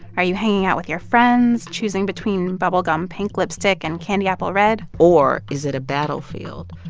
are you hanging out with your friends, choosing between bubble gum pink lipstick and candy apple red? or is it a battlefield,